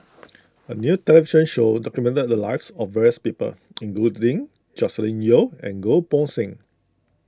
a new television show documented the lives of various people including Joscelin Yeo and Goh Poh Seng